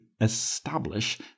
establish